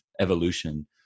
evolution